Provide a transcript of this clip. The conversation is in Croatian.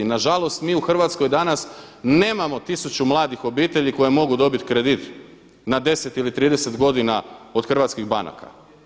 Na žalost mi u Hrvatskoj danas nemamo 1000 mladih obitelji koje mogu dobit kredit na 10 ili 30 godina od hrvatskih banaka.